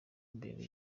mbere